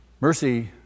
Mercy